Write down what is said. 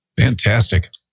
Fantastic